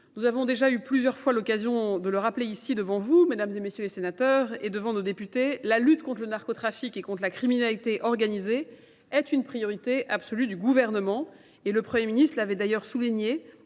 Nous avons déjà eu plusieurs fois l'occasion de le rappeler ici devant vous, Mesdames et Messieurs les Sénateurs, et devant nos députés, la lutte contre le narcotrafique et contre la criminalité organisée, est une priorité absolue du gouvernement et le Premier ministre l'avait d'ailleurs souligné